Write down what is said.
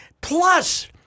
plus